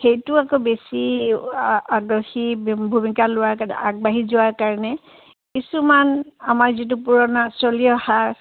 সেইটো আকৌ বেছি আগ্ৰহী ভূমিকা লোৱা আগবাঢ়ি যোৱা কাৰণে কিছুমান আমাৰ যিটো পুৰণা চলি অহা